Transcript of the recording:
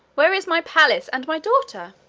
where is my palace and my daughter?